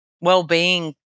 well-being